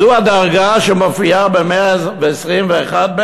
זו הדרגה שמופיעה בסעיף 121ב